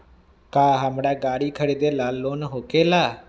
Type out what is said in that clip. का हमरा गारी खरीदेला लोन होकेला?